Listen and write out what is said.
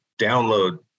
download